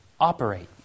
operate